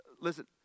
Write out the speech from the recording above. listen